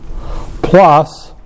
plus